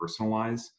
personalize